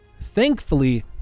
thankfully